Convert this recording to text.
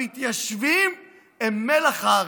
המתיישבים הם מלח הארץ.